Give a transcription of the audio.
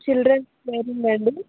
children కేరింగా అండీ